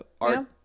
art